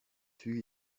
füge